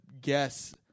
guess